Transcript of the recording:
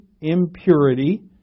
impurity